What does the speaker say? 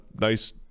nice